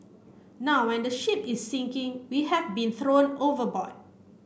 now when the ship is sinking we have been thrown overboard